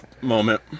moment